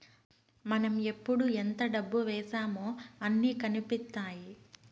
మనం ఎప్పుడు ఎంత డబ్బు వేశామో అన్ని కనిపిత్తాయి